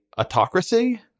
autocracy